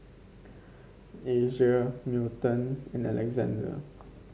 Asia Milton and Alexande